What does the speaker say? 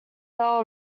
bell